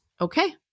okay